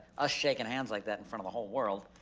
us shaking hands like that in front of the whole world.